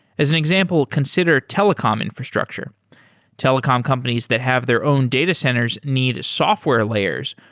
as an example, consider telecom infrastructure telecom companies that have their own data centers need software layers,